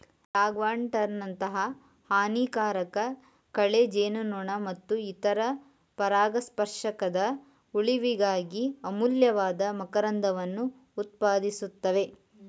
ರಾಗ್ವರ್ಟ್ನಂತಹ ಹಾನಿಕಾರಕ ಕಳೆ ಜೇನುನೊಣ ಮತ್ತು ಇತರ ಪರಾಗಸ್ಪರ್ಶಕದ ಉಳಿವಿಗಾಗಿ ಅಮೂಲ್ಯವಾದ ಮಕರಂದವನ್ನು ಉತ್ಪಾದಿಸ್ತವೆ